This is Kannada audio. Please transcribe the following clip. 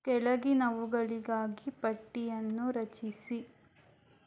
ಕೆಳಗಿನವುಗಳಿಗಾಗಿ ಪಟ್ಟಿಯನ್ನು ರಚಿಸಿ